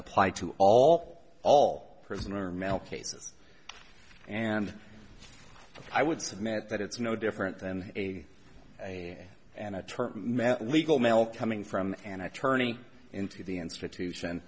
apply to all all prisoner male cases and i would submit that it's no different than a a an attorney met legal mail coming from an attorney into the institution